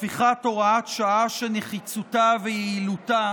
הפיכת הוראת שעה שנחיצותה ויעילותה